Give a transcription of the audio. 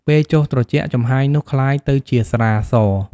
ពេលចុះត្រជាក់ ចំហាយនោះក្លាយទៅជាស្រាស។